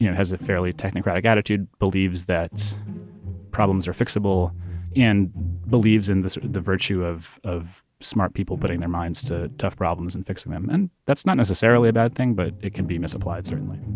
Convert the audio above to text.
has a fairly technocratic attitude, believes that problems are fixable and believes in the sort of the virtue of of smart people putting their minds to tough problems and fixing them. and that's not necessarily a bad thing, but it can be misapplied, certainly